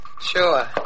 Sure